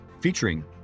featuring